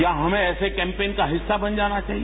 क्या हमें ऐसे कैंपेन का हिस्सा बन जाना चाहिए